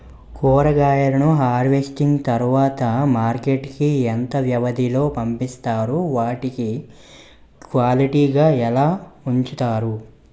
కూరగాయలను హార్వెస్టింగ్ తర్వాత మార్కెట్ కి ఇంత వ్యవది లొ పంపిస్తారు? వాటిని క్వాలిటీ గా ఎలా వుంచుతారు?